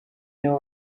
nibo